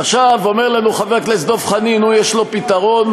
עכשיו, אומר לנו חבר הכנסת דב חנין, יש לו פתרון: